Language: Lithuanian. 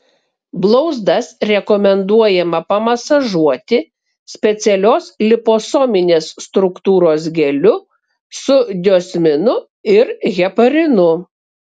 blauzdas rekomenduojama pamasažuoti specialios liposominės struktūros geliu su diosminu ir heparinu